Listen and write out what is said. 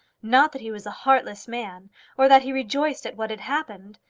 not that he was a heartless man or that he rejoiced at what had happened.